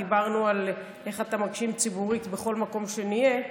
דיברנו על איך אתה מגשים ציבורית בכל מקום שנהיה,